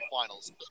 finals